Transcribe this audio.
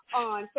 on